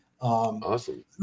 Awesome